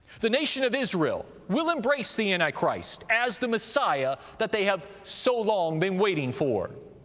the nation of israel will embrace the antichrist as the messiah that they have so long been waiting for,